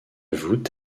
voûte